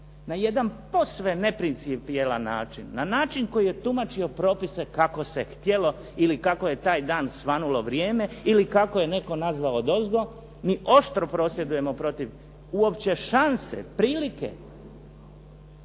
na jedan posve neprincipijelan način, na način koji je tumačio propise kako se htjelo ili kako je taj dan svanulo vrijeme ili kako je netko nazvao odozgo. Mi oštro prosvjedujemo protiv uopće šanse, prilike